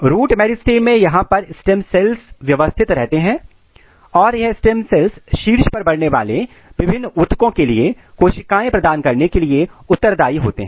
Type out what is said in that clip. root meristem में यहां पर स्टेम सेल्स व्यवस्थित रहते हैं और यह स्टेम सेल्स शीर्ष पर बढ़ने वाले विभिन्न ऊतकों के लिए कोशिकाएं प्रदान करने के लिए उत्तरदाई होते हैं